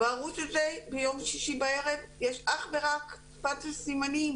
בערוץ הזה ביום שישי בערב יש אך ורק שפת סימנים